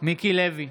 מיקי לוי,